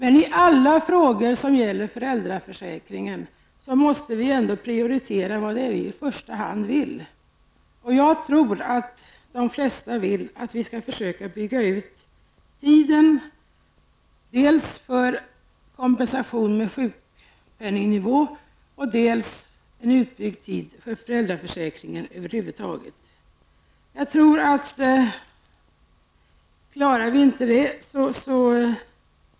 I alla frågor som gäller föräldraförsäkringen måste vi ändock prioritera vad vi i första hand vill. Jag tror att de flesta vill att vi skall försöka bygga ut tiden dels för kompensation med sjukpenningnivå, dels när det gäller föräldraförsäkringen över huvud taget.